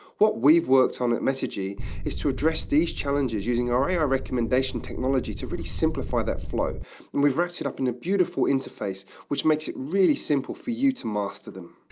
what we've worked on at metigy is to address these challenges using our ai recommendation technology to really simplify that flow, and we've wrapped it up in a beautiful interface which makes it really simple for you to master them.